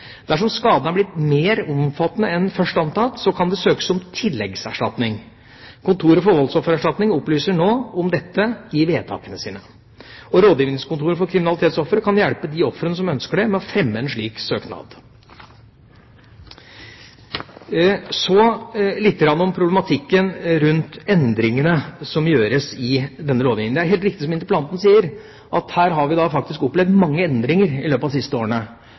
Dersom skaden er blitt mer omfattende enn først antatt, kan det søkes om tilleggserstatning. Kontoret for voldsoffererstatning opplyser nå om dette i vedtakene sine. Rådgivningskontoret for kriminalitetsofre kan hjelpe de ofrene som ønsker det, med å fremme en slik søknad. Så litt om problematikken rundt endringene som gjøres i denne lovgivningen. Det er helt riktig som interpellanten sier, at her har vi faktisk opplevd mange endringer i løpet av de siste årene,